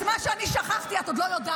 את מה שאני שכחתי את עוד לא יודעת.